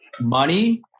money